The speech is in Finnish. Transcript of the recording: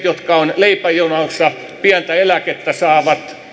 jotka ovat leipäjonossa pientä eläkettä saavat